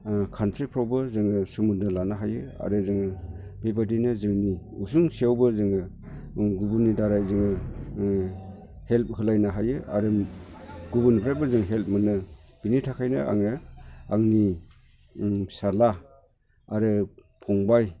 खान्थिफ्रावबो जोङो सोमोन्दो लानो हायो आरो जोङो बेबायदिनो जोंनि मिजिं सायावबो जोंनि दारै जोङो हेल्प खालायनो हायो आरो गुबुननिफ्राय मोजां हेल्प मोनो बिनिथाखायनो आङो आंनि फिसाज्ला आरो फंबाय